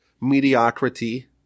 Mediocrity